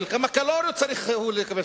כמה קלוריות הוא צריך לאכול.